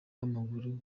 w’amaguru